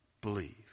believe